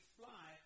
fly